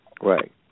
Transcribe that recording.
Right